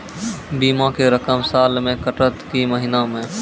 बीमा के रकम साल मे कटत कि महीना मे?